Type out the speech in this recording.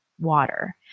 Water